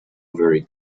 very